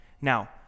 Now